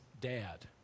dad